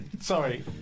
Sorry